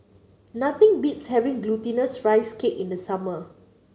nothing beats having Glutinous Rice Cake in the summer